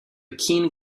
keen